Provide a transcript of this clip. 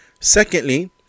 Secondly